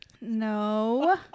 No